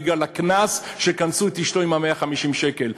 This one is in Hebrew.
בגלל הקנס שקנסו את אשתו ב-150 שקל.